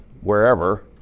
wherever